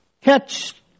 Catch